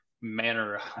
manner